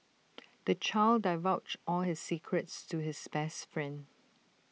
the child divulged all his secrets to his best friend